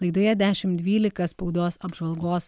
laidoje dešimt dvylika spaudos apžvalgos